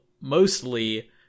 mostly